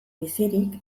bizirik